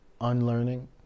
Unlearning